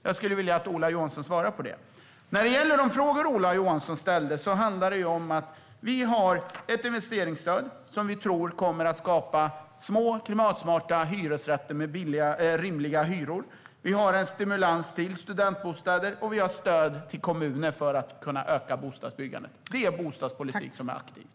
Jag skulle vilja att Ola Johansson svarar på detta. De frågor som Ola Johansson ställde handlar om att vi har ett investeringsstöd som vi tror kommer att skapa små och klimatsmarta hyresrätter med rimliga hyror. Vi har en stimulans till studentbostäder, och vi har stöd till kommuner för att kunna öka bostadsbyggandet. Det är en aktiv bostadspolitik.